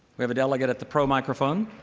we have a delegate at the pro microphone.